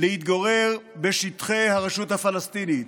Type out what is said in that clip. להתגורר בשטחי הרשות הפלסטינית.